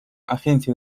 agencia